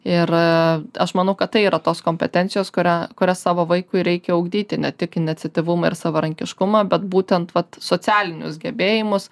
ir aaa aš manau kad tai yra tos kompetencijos kurią kurias savo vaikui reikia ugdyti ne tik iniciatyvumą ir savarankiškumą bet būtent vat socialinius gebėjimus